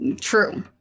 True